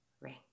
ring